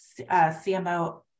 CMO